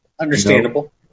Understandable